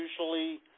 usually